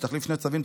שתחליף שני צווים,